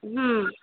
হুম